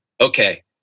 okay